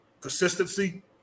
consistency